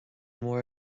mór